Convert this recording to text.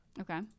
okay